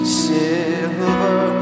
silver